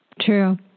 True